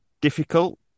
difficult